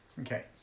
Okay